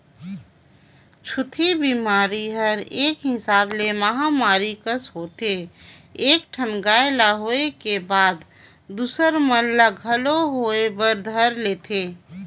छूतही बेमारी हर एक हिसाब ले महामारी कस होथे एक ठन गाय ल होय के बाद दूसर मन ल घलोक होय बर धर लेथे